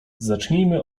zacznijmy